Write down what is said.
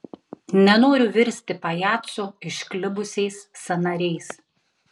nenoriu virsti pajacu išklibusiais sąnariais